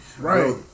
Right